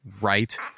right